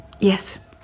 Yes